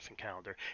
calendar